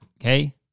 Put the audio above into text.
okay